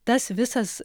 tas visas